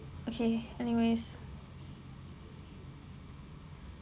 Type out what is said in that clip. okay anyways